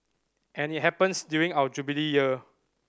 and it happens during our Jubilee Year